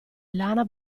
lana